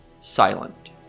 silent